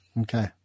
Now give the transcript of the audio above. Okay